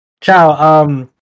Ciao